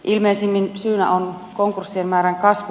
ilmeisimmin syynä on konkurssien määrän kasvu